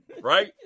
right